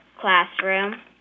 classroom